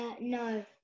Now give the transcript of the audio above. no